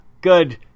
good